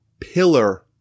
pillar